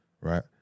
right